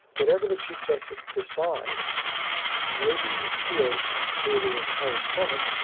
whatever the chief justice decides may be appealed to the entire senate,